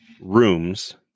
rooms